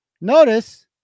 notice